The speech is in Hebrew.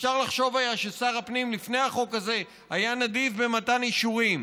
אפשר היה לחשוב ששר הפנים לפני החוק הזה היה נדיב במתן אישורים.